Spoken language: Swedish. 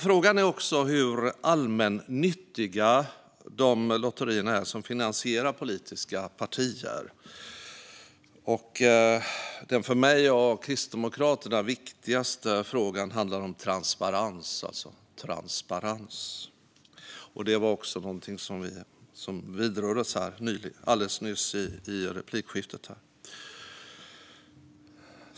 Frågan är hur allmännyttiga de lotterier som finansierar politiska partier är. Den för mig och Kristdemokraterna viktigaste frågan handlar om transparens, som också berördes i replikskiftet nyss.